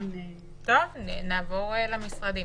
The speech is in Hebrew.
נעבור למשרדים.